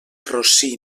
rossí